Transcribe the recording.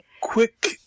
Quick